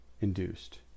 induced